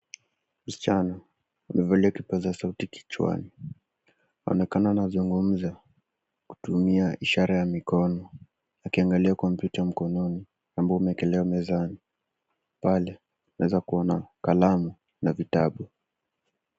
Msichana amevalia kipaza sauti kichwani, anaonekana anazungumza kutumia ishara ya mikono akiangalia kompyuta mkononi, ambayo imewekelewa mezani. Pale tunaeza kuona kalamu na vitabu.